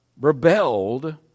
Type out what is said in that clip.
rebelled